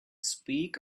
speak